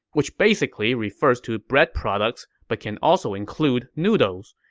which basically refers to bread products but can also include noodles.